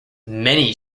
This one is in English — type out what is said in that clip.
many